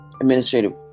administrative